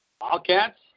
Wildcats